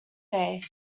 day